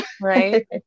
Right